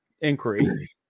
inquiry